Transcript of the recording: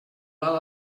val